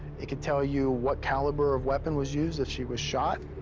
it could tell you what caliber of weapon was used, if she was shot.